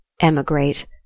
Emigrate